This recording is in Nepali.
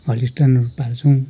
हलिस्टनहरू पाल्छौँ